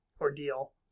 ordeal